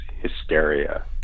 hysteria